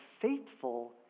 faithful